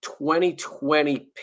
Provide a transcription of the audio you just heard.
2020